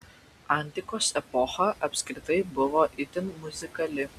antikos epocha apskritai buvo itin muzikali